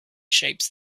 shapes